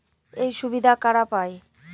এই সুবিধা কারা পায়?